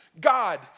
God